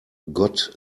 gott